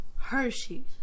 Hershey's